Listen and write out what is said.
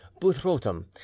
Buthrotum